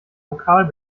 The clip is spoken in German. vokal